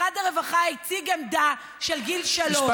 משרד הרווחה הציג עמדה של גיל שלוש.